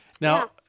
Now